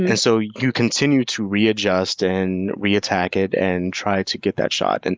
and so you continue to readjust, and reattack it, and try to get that shot. and